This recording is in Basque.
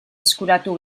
eskuratu